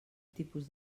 tipus